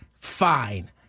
Fine